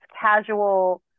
casual